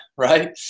right